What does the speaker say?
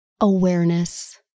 awareness